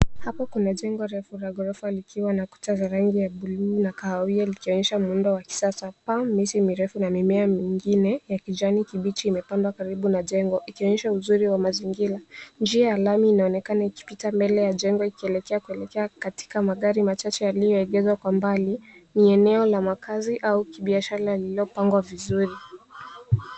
Hapo kuna jengwa rafu la gorofa likiwa na kuta za rangi ya buluu na kahawia likionyesha muundo wa kisasa. Paa nyeusi na refu na mimea mingine ya kijani kibichi imepandwa karibu na jengo ikionyesha uzuri wa mazingira. Njia ya lami inaoekana ikipita mbele ya jengo ikielekea kuelekea katika magari machache yaliyoegezwa kwa mbali. Ni eneo la makazi au kibiashara lililopangwa vizuri.